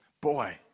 Boy